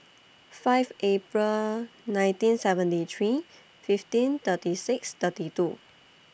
five April nineteen seventy three fifteen thirty six thirty two